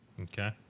Okay